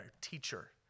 teacher